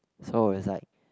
so it was like